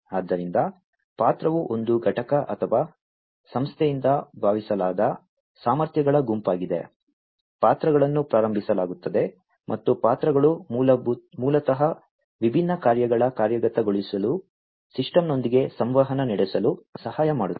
ಆದ್ದರಿಂದ ಪಾತ್ರವು ಒಂದು ಘಟಕ ಅಥವಾ ಸಂಸ್ಥೆಯಿಂದ ಭಾವಿಸಲಾದ ಸಾಮರ್ಥ್ಯಗಳ ಗುಂಪಾಗಿದೆ ಪಾತ್ರಗಳನ್ನು ಪ್ರಾರಂಭಿಸಲಾಗುತ್ತದೆ ಮತ್ತು ಪಾತ್ರಗಳು ಮೂಲತಃ ವಿಭಿನ್ನ ಕಾರ್ಯಗಳ ಕಾರ್ಯಗತಗೊಳಿಸಲು ಸಿಸ್ಟಮ್ನೊಂದಿಗೆ ಸಂವಹನ ನಡೆಸಲು ಸಹಾಯ ಮಾಡುತ್ತದೆ